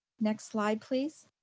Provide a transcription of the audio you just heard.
next slide, please.